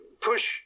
push